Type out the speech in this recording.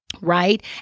right